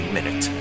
Minute